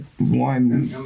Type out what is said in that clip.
One